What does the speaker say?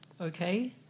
okay